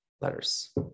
letters